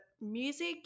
music